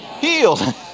healed